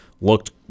looked